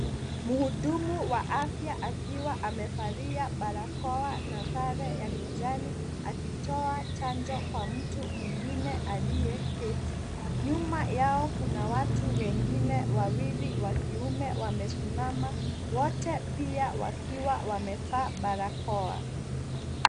Mhudumu wa afya akiwa amevalia barakoa na sare ya kijani akitoa chanjo kwa mtu mwingine aliyeketi nyuma yao. Kuna watu wengine wawili wa kiume wamesimama wote pia wakiwa wamevaa barakoa.